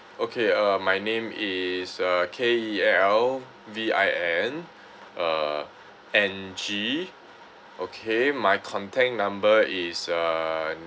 okay uh my name is uh K E L V I N uh N G okay my contact number is uh